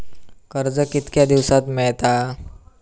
कर्ज कितक्या दिवसात मेळता?